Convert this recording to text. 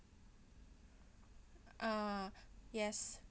ah yes